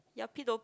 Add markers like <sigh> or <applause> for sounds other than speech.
yuppie <noise>